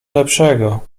lepszego